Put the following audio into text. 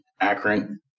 akron